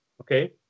okay